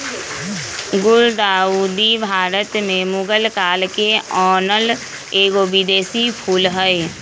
गुलदाऊदी भारत में मुगल काल आनल एगो विदेशी फूल हइ